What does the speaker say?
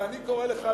ואני קורא לך,